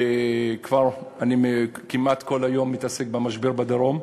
וכבר אני כמעט כל היום במשבר בדרום,